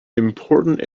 important